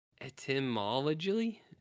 Etymologically